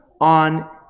on